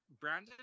Brandon